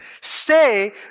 Say